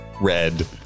red